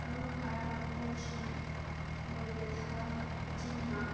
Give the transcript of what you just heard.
কোনো খারাপ আবহাওয়ার সময় নদীতে থাকা উচিত না